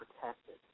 protected